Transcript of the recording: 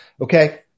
okay